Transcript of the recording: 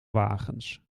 wagens